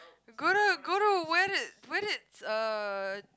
go to go to when it's when it's uh